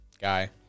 guy